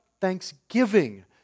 thanksgiving